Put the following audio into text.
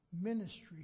ministry